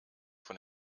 von